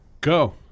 go